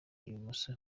ibumoso